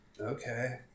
Okay